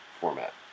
format